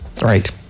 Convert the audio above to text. Right